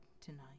tonight